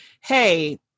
hey